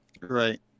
right